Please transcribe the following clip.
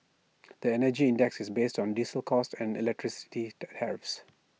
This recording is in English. the Energy Index is based on diesel costs and electricity tariffs